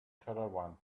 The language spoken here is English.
caravan